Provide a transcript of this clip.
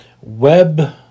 web